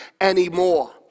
anymore